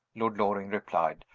lord loring replied,